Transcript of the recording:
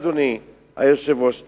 אדוני היושב-ראש,